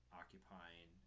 occupying